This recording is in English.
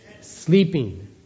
sleeping